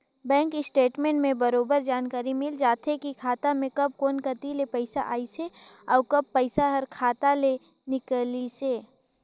bank statement ले बरोबर जानकारी मिल जाथे की खाता मे कब कोन कति ले पइसा आइसे अउ कब पइसा हर खाता ले निकलिसे